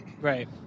Right